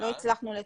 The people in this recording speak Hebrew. לא הצלחנו לתפקד,